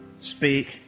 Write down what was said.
speak